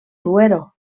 duero